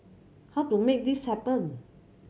how to make this happen